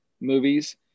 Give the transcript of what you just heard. movies –